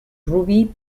ruby